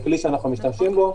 זה כלי שאנחנו משתמשים בו.